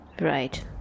Right